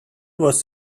was